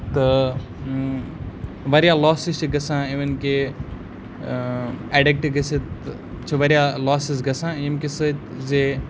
تہٕ واریاہ لاسٕز چھِ گژھان اِوٕن کہ اٮ۪ڈِکٹ گٔژھِتھ چھِ واریاہ لاسٕز گژھان ییٚمہِ کہ سٕتۍ زِ